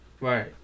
right